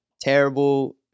terrible